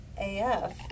AF